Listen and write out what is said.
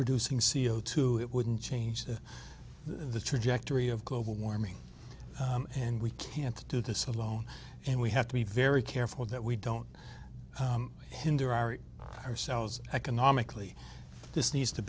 producing c o two it wouldn't change the trajectory of global warming and we can't do this alone and we have to be very careful that we don't hinder our ourselves economically this needs to